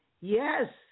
Yes